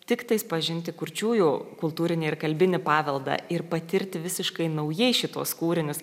tiktais pažinti kurčiųjų kultūrinį ir kalbinį paveldą ir patirti visiškai naujai šituos kūrinius